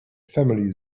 family